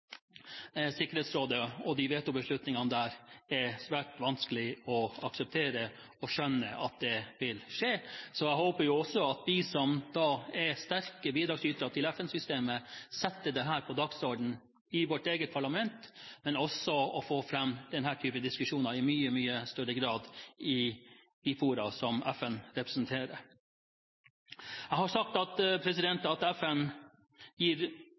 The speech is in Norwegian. er svært vanskelige å akseptere og forstå. Jeg håper at vi som er sterke bidragsytere til FN-systemet, setter dette på dagsordenen i vårt eget parlament, men også jobber for å få fram denne typen diskusjoner i mye større grad i FN-fora. Jeg har sagt at